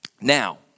Now